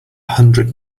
hundred